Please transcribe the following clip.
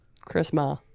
Christmas